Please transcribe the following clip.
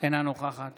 אינה נוכחת